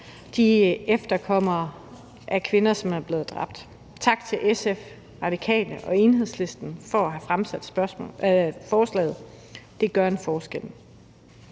de efterkommere af kvinder, som er blevet dræbt. Tak til SF, Radikale Venstre og Enhedslisten for at have fremsat forslaget. Det gør en forskel.